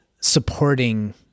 supporting